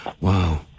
wow